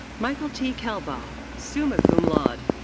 michael t. kelbaugh, summa cum laude.